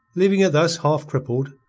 leaving her thus half-crippled,